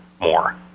more